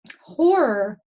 horror